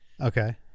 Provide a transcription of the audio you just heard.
Okay